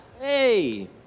hey